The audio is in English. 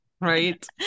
right